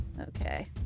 Okay